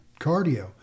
cardio